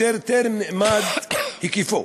שטרם נאמד היקפו.